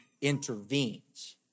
intervenes